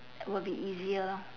will be easier lor